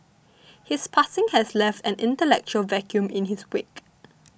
his passing has left an intellectual vacuum in his wake